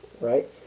right